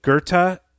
Goethe